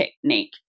technique